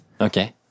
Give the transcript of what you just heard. Okay